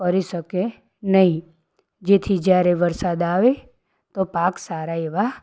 કરી શકે નહીં જેથી જ્યારે વરસાદ આવે તો પાક સારા એવા